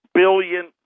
billion